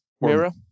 Mira